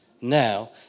Now